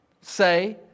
say